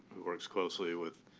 who works closely with